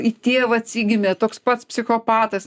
į tėvą atsigimė toks pats psichopatas